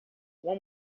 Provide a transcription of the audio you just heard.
uma